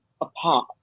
apart